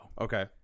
Okay